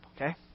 okay